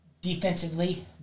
Defensively